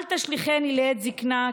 "אל תשליכני לעת זקנה,